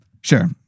sure